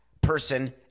person